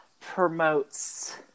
promotes